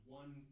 one